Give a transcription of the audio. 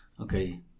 okay